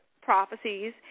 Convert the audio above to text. prophecies